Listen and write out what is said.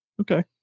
Okay